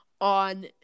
On